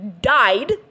died